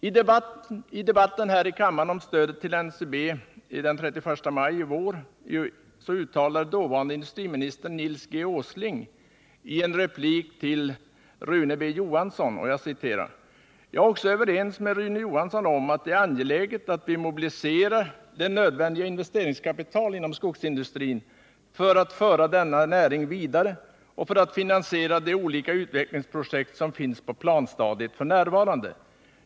I debatten här i kammaren den 31 maj i år om stödet till NCB uttalade dåvarande industriministern Nils G. Åsling i en replik till Rune B. Johansson: ”Jag är också överens med Rune Johansson om att det är angeläget att vi mobiliserar det nödvändiga investeringskapitalet inom skogsindustrin för att föra näringen vidare och för att finansiera de olika utvecklingsprojekt som finns på planstadiet f. n.